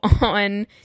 on